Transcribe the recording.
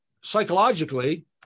psychologically